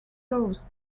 flows